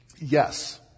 Yes